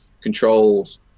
controls